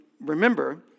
remember